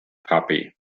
puppy